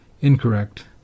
incorrect